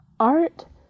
Art